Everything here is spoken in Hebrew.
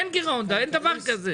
אין גירעון, אין דבר כזה.